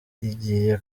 igiye